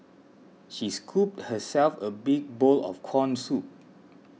she scooped herself a big bowl of Corn Soup